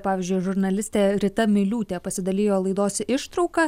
pavyzdžiui žurnalistė rita miliūtė pasidalijo laidos ištrauka